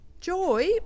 Joy